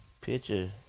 picture